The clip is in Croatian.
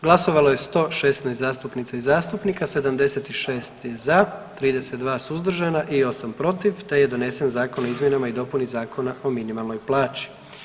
Glasovalo je 116 zastupnica i zastupnika, 76 za, 32 suzdržana i 8 protiv te je donesen Zakon o izmjeni i dopuna Zakona o minimalnoj plaći.